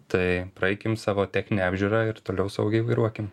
tai praeikim savo techninę apžiūrą ir toliau saugiai vairuokim